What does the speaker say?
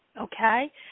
okay